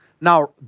Now